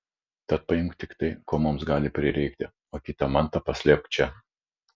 tad paimk tik tai ko mums gali prireikti o kitą mantą paslėpk čia